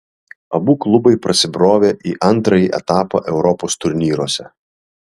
abu klubai prasibrovė į antrąjį etapą europos turnyruose